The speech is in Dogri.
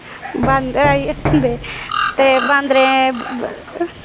बांदर आई जन्दे ते बांदरें